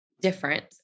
different